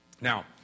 Now